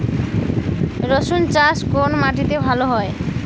রুসুন চাষ কোন মাটিতে ভালো হয়?